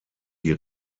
die